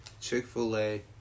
Chick-fil-A